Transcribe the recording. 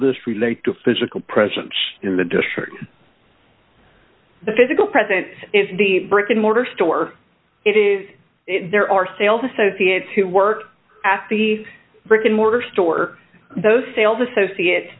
this relate to physical presence in the district the physical presence is the brick and mortar store it is there are sales associates who work at the brick and mortar store those sales associates